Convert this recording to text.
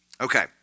Okay